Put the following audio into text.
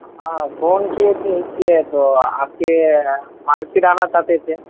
ہاں فون کیے تھے اس لیے تو آپ کے مارکیٹ آنا تھا کیسے